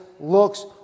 looks